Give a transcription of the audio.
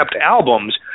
albums